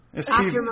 Steve